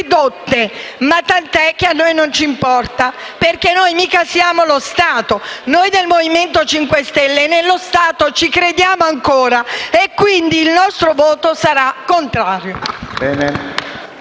ma tanto a noi non c'importa, perché mica noi siamo lo Stato! Noi del Movimento 5 Stelle nello Stato ci crediamo ancora e, quindi, il nostro voto sarà contrario.